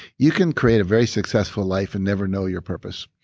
you can create a very successful life and never know your purpose.